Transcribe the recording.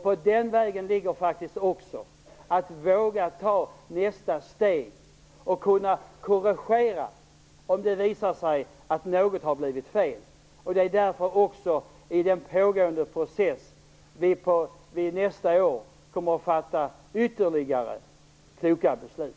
Då måste vi också våga att ta nästa steg och korrigera, om det visar sig att något har blivit fel. I den pågående processen kommer vi nästa år att fatta ytterligare kloka beslut.